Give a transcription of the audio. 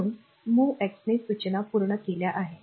म्हणून MOVX ने सूचना पूर्ण केल्या आहे